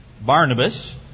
Barnabas